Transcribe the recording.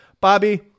Bobby